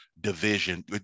division